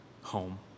home